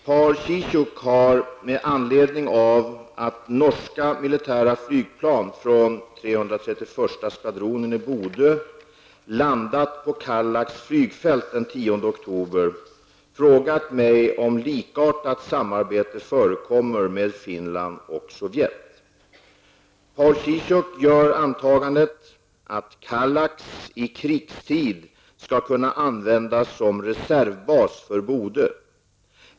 Paul Ciszuk har, med anledning av att norska militära flygplan från 331:a skvadronen i Bodö landat på Kallax flygfält den 10 oktober, frågat mig om likartat samarbete förekommer med Paul Ciszuk gör antagandet att Kallax i krigstid skall kunna användas som reservbas för Bodö.